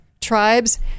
tribes